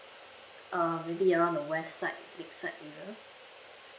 uh maybe around the west side east side middle